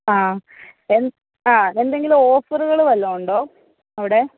ആ എ ആ എന്തെങ്കിലും ഓഫറുകളും വല്ലതും ഉണ്ടോ അവിടെ